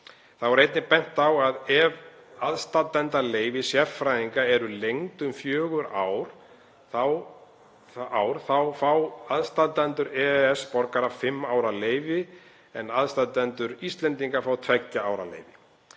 Þá var einnig bent á að ef aðstandendaleyfi sérfræðinga eru lengd um fjögur ár þá fá aðstandendur EES-borgara fimm ára leyfi en aðstandendur Íslendinga fá tveggja ára leyfi.